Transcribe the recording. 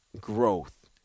Growth